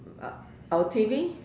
uh our T_V